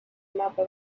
mapa